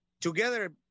together